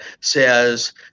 says